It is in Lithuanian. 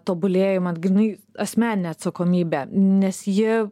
tobulėjimą grynai asmeninę atsakomybę nes ji